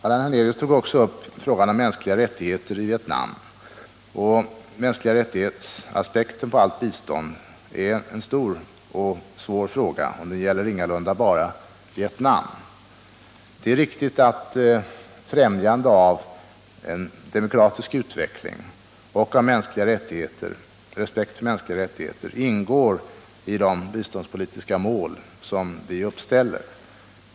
Allan Hernelius tog också upp frågan om mänskliga rättigheter i Vietnam. Mänskliga rättighetsaspekten är en stor och svår fråga när det gäller allt bistånd. Det gäller ingalunda bara Vietnam. Det är riktigt att främjande av en demokratisk utveckling och av respekt för mänskliga rättigheter ingår i de biståndspolitiska mål vi uppställer.